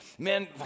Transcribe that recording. Man